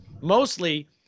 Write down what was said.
mostly